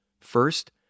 First